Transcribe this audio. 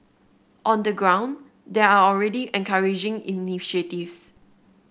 on the ground there are already encouraging initiatives